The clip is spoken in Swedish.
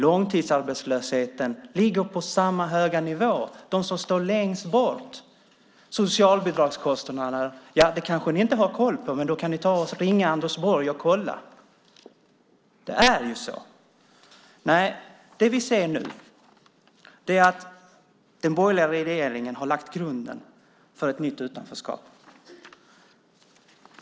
Långtidsarbetslösheten för dem som står längst bort ligger på samma höga nivå. Socialbidragskostnaderna kanske ni inte har koll på, men då kan ni ringa Anders Borg och kolla. Det vi nu ser är att den borgerliga regeringen har lagt grunden för ett nytt utanförskap.